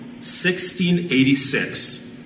1686